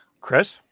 Chris